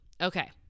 Okay